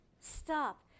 stop